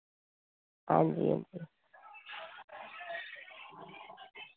आं जी आं जी